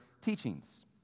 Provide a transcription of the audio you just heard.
teachings